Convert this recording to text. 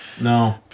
No